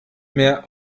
mehr